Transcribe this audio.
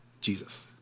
Jesus